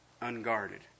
Unguarded